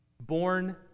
born